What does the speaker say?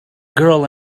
girl